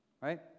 Right